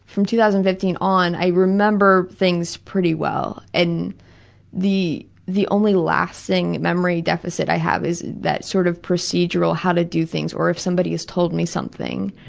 from two thousand and fifteen on, i remember things pretty well. and the the only lasting memory deficit i have is that sort of procedural how to do things, or if somebody has told me something.